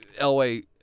Elway